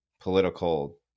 political